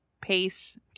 Pace